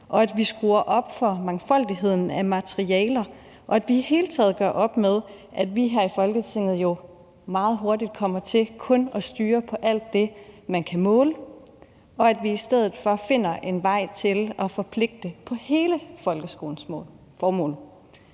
at vi skruer op for mangfoldigheden af materialer; at vi i det hele taget gør op med, at vi herinde i Folketinget meget hurtigt kommer til kun at styre alt det, man kan måle, og at vi i stedet for finder en vej til at forpligte os på hele folkeskolens formål.